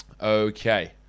Okay